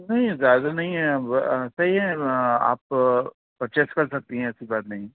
نہیں زیادہ نہیں ہے صحیح ہے آپ پرچیز کر سکتی ہیں ایسی بات نہیں